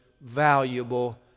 valuable